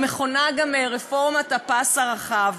המכונה גם רפורמת הפס הרחב.